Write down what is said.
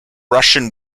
russian